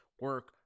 Work